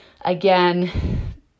Again